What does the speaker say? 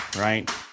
right